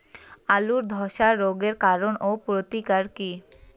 আলুর ধসা রোগের কারণ ও প্রতিকার কি?